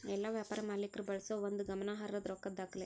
ಎಲ್ಲಾ ವ್ಯಾಪಾರ ಮಾಲೇಕ್ರ ಬಳಸೋ ಒಂದು ಗಮನಾರ್ಹದ್ದ ರೊಕ್ಕದ್ ದಾಖಲೆ